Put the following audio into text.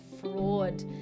fraud